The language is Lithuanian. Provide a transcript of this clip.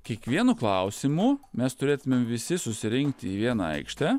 kiekvienu klausimu mes turėtumėm visi susirinkti į vieną aikštę